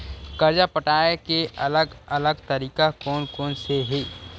कर्जा पटाये के अलग अलग तरीका कोन कोन से हे?